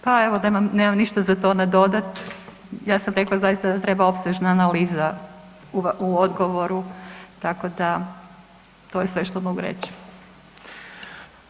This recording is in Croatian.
Pa evo, nemam ništa za to nadodat, ja sam rekla zaista da treba opsežna analiza u odgovoru, tako da, to je sve što mogu reći.